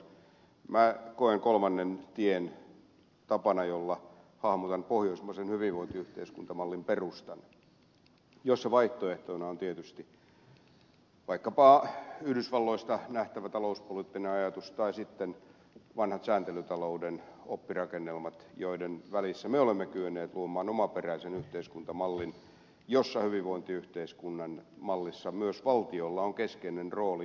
minä koen kolmannen tien tapana jolla hahmotan pohjoismaisen hyvinvointiyhteiskuntamallin perustan jossa vaihtoehtoina ovat tietysti vaikkapa yhdysvalloista nähtävä talouspoliittinen ajatus tai sitten vanhat sääntelytalouden oppirakennelmat joiden välissä me olemme kyenneet luomaan omaperäisen yhteiskuntamallin jossa hyvinvointiyhteiskunnan mallissa myös valtiolla on keskeinen rooli